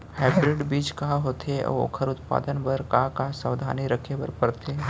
Hybrid बीज का होथे अऊ ओखर उत्पादन बर का का सावधानी रखे बर परथे?